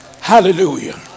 Hallelujah